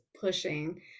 pushing